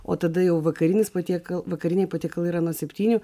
o tada jau vakarinis patitieka vakariniai patiekalai yra nuo septynių